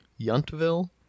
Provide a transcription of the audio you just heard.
Yountville